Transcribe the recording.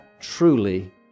truly